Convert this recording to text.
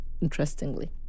interestingly